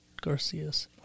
Garcia's